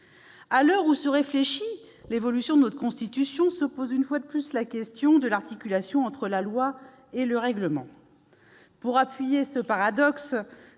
À l'heure où se prépare l'évolution de notre Constitution, se pose une fois de plus la question de l'articulation entre la loi et le règlement. Pour appuyer le paradoxe